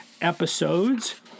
episodes